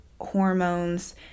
hormones